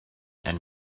and